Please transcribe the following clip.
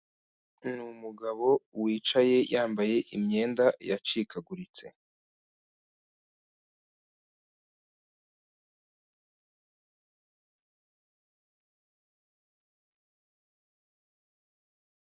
Ni umugabo wicaye yambaye imyenda yacikaguritse.